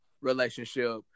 relationship